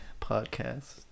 podcast